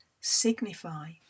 signify